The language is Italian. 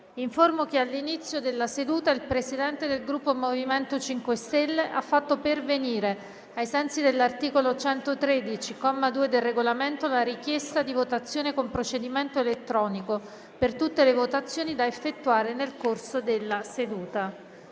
che all'inizio della seduta il Presidente del Gruppo MoVimento 5 Stelle ha fatto pervenire, ai sensi dell'articolo 113, comma 2, del Regolamento, la richiesta di votazione con procedimento elettronico per tutte le votazioni da effettuare nel corso della seduta.